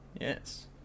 Yes